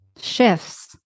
shifts